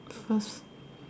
first